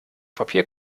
papier